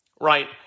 Right